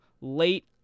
late